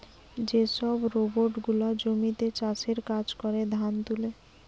যে সব রোবট গুলা জমিতে চাষের কাজ করে, ধান তুলে